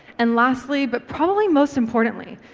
and lastly but probably most importantly,